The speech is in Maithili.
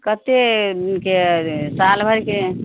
कते दिन कए जे साल भरिके